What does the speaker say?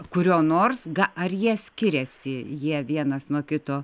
kurio nors ga ar jie skiriasi jie vienas nuo kito